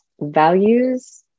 values